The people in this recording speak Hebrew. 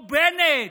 או בנט?